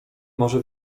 może